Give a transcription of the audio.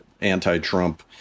anti-Trump